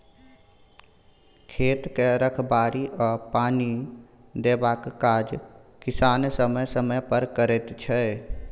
खेत के रखबाड़ी आ पानि देबाक काज किसान समय समय पर करैत छै